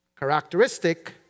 Characteristic